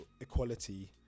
equality